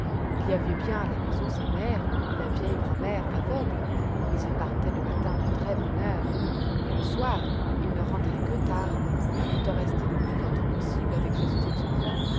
il avait bien à la maison sa mère et la vieille grand'mère aveugle mais il partait le matin de très bonne heure et le soir il ne rentrait que tard étant resté le plus longtemps possible avec les autres enfants